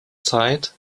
zeit